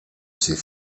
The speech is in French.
ses